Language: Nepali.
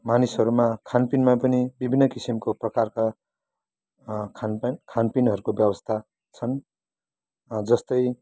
मानिसहरू मा खानपिनमा पनि विभिन्न किसिमको प्रकारका खानपान खानपिनहरू को व्यवस्था छन् जस्तै